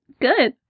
Good